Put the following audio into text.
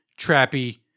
trappy